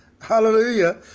Hallelujah